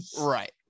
Right